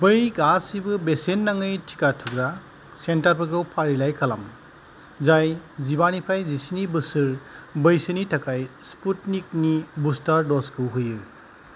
बै गासिबो बेसेन नाङै टिका थुग्रा सेन्टारफोरखौ फारिलाइ खालाम जाय जिबा निफ्राय जिस्निनि बोसोर बैसोनि थाखाय स्पुटनिकनि बुस्टार दजखौ होयो